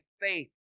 faith